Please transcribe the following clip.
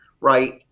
right